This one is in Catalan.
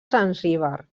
zanzíbar